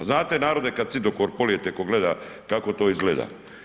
Znate narode kad cidokor polijete ko gleda kako to izgleda.